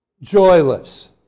Joyless